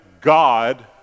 God